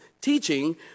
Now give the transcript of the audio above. teaching